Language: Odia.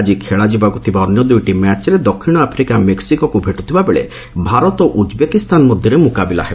ଆଜି ଖେଳାଯିବାକୁ ଥିବା ଅନ୍ୟ ଦୁଇଟି ମ୍ୟାଚ୍ରେ ଦକ୍ଷିଣ ଆଫ୍ରିକା ମେକ୍ସିକୋକୁ ଭେଟିବାକୁ ଥିବାବେଳେ ଭାରତ ଓ ଉଜ୍ବେକିସ୍ତାନ ମଧ୍ୟରେ ମୁକାବିଲା ହେବ